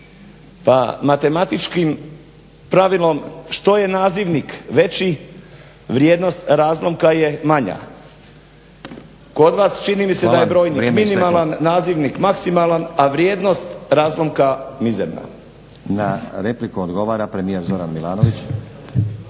pa matematičkim pravilom što je nazivnik veći vrijednost razlomka je manja. Kod vas čini mi se da je brojnik minimalan, nazivnik maksimalan, a vrijednost razlomka mizerna. **Stazić, Nenad (SDP)** Hvala.